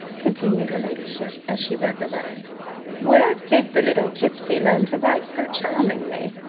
continued her ladyship, as she read the letter where did the little gipsy learn to write so charmingly?